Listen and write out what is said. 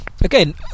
again